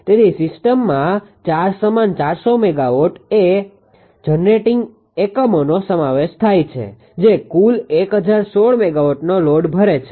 તેથી સિસ્ટમમાં 4 સમાન 400 MVA જનરેટીંગ એકમોનો સમાવેશ થાય છે જે કુલ 1016 મેગાવોટનો લોડ ભરે છે